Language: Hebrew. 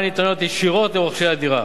ההטבות ניתנות ישירות לרוכשי הדירה.